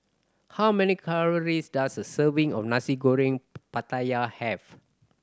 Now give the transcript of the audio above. how many calories does a serving of Nasi Goreng Pattaya have